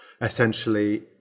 essentially